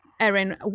Erin